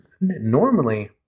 Normally –